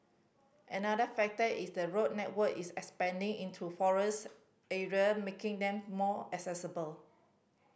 another factor is the road network is expanding into forest area making them more accessible